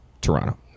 Toronto